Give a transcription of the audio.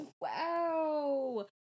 Wow